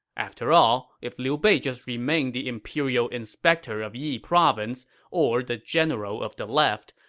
after all, if liu bei just remained the imperial inspector of yi province or the general of the left,